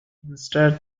instead